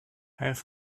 have